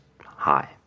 high